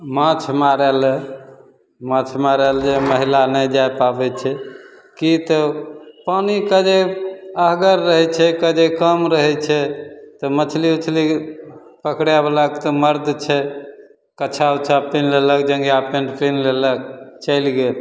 माछ मारैले माछ मारैले जे महिला नहि जै पाबै छै कि तऽ पानी कदे अहगर रहै छै कदे कम रहै छै तऽ मछली उछली पकड़ैवलाके तऽ मरद छै कच्छा उच्छा पहिन लेलक जङ्घिआ पैन्ट पहिन लेलक चलि गेल